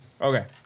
Okay